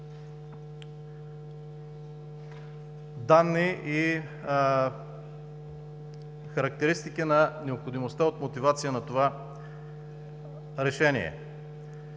данни и характеристики на необходимостта от мотивация на това решение.